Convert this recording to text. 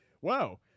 wow